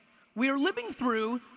we're living through,